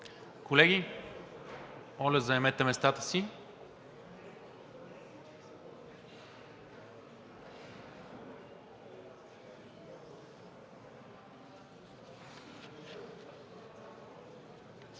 Колеги, моля, заемете местата си.